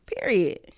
Period